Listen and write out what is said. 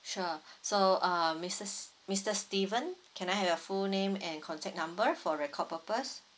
sure so um mister mister steven can I have your full name and contact number for record purpose